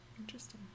Interesting